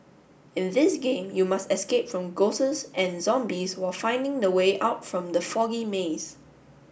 in this game you must escape from ghosts and zombies while finding the way out from the foggy maze